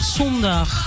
zondag